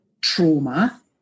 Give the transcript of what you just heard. trauma